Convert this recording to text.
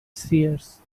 seers